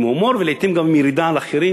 עם הומור ולעתים גם עם ירידה על אחרים,